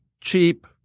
cheap –